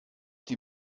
die